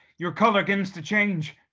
your color gins to change.